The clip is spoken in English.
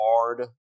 hard